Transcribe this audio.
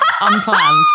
unplanned